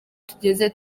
tugeze